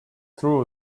true